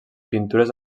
pintures